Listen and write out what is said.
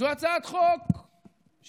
זו הצעת חוק שמשלבת,